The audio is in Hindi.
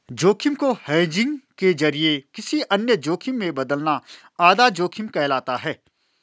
जोखिम को हेजिंग के जरिए किसी अन्य जोखिम में बदलना आधा जोखिम कहलाता है